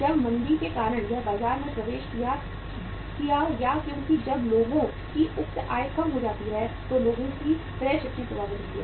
जब मंदी के कारण यह बाजार में प्रवेश किया या क्योंकि जब लोगों की उक्त आय कम हो जाती है तो लोगों की क्रय शक्ति प्रभावित होती है